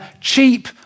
cheap